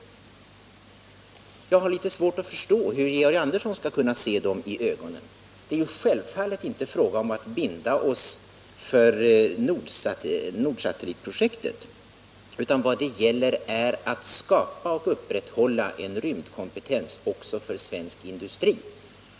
Och jag har också svårt att förstå hur Georg Andersson skall kunna se dem i ögonen. Det är självfallet inte fråga om att vi skall binda oss för Nordsatprojektet, utan vad det gäller är att skapa och upprätthålla en rymdkompetens också för svensk industri.